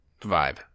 vibe